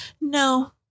No